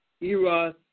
eros